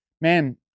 man